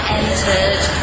entered